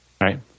right